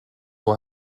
vous